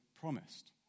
promised